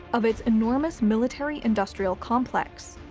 of its enormous military industrial complex.